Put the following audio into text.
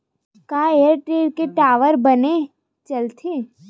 का एयरटेल के टावर बने चलथे?